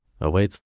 awaits